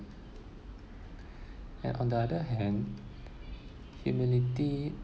and on the other hand humility